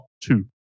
two